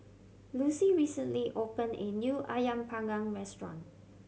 Lucie recently opened a new Ayam Panggang restaurant